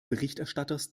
berichterstatters